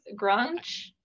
Grunch